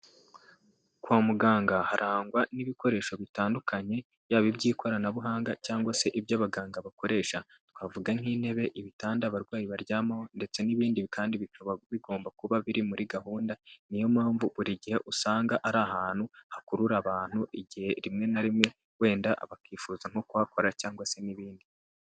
Kwa muganga harangwa n'ibikoresho bitandukanye, yaba iby'ikoranabuhanga cyangwa se ibyo abaganga bakoresha. Twavuga nk'intebe, ibitanda abarwayi baryamaho, ndetse n'ibindi kandi bikaba bigomba kuba biri muri gahunda, niyo mpamvu buri gihe usanga ari ahantu hakurura abantu igihe rimwe na rimwe, wenda bakifuza nko kuhakora cyangwa se n'ibindi.